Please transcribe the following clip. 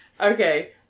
Okay